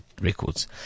records